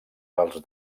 als